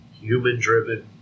human-driven